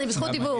אני בזכות דיבור.